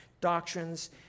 doctrines